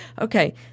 Okay